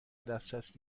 دسترس